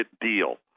deal